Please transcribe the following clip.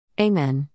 Amen